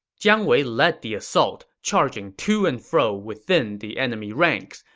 jiang wei led the assault, charging to and fro within the enemy ranks.